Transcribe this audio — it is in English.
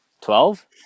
Twelve